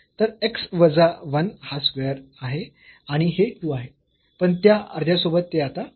तर x वजा 1 हा स्क्वेअर आहे आणि हे 2 वेळा आहे पण त्या अर्ध्यासोबत ते आता 1 होईल